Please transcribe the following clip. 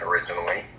originally